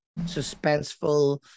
suspenseful